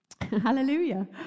Hallelujah